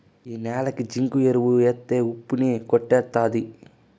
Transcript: ఈ న్యాలకి జింకు ఎరువు ఎత్తే ఉప్పు ని కొట్టేత్తది